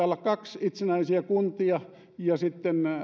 olla itsenäisiä kuntia ja sitten